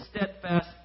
steadfast